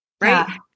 right